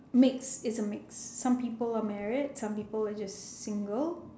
mix it's a mixed some people are married some people are just single